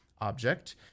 Object